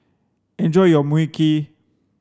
enjoy your Mui Kee